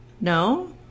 No